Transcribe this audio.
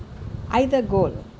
either goal